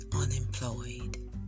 unemployed